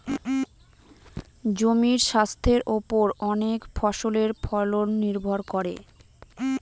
জমির স্বাস্থের ওপর অনেক ফসলের ফলন নির্ভর করে